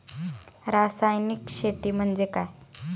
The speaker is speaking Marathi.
रासायनिक शेती म्हणजे काय?